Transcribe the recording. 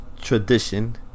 tradition